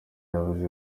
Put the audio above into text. yavuze